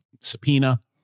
subpoena